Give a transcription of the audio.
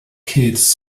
kids